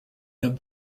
them